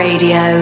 Radio